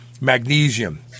magnesium